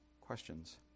questions